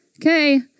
Okay